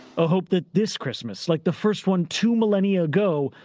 a hope that this christmas, like the first one two millenia ago,